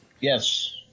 yes